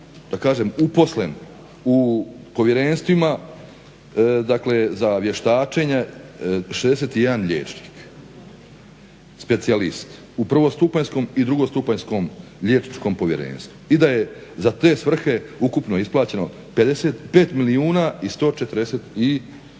uposlen u povjerenstvima dakle za vještačenje 61 liječnik specijalist u prvostupanjskom i drugostupanjskom liječničkom povjerenstvu i da je za te svrhe ukupno isplaćeno 55 milijuna i 146 tisuća